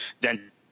Then-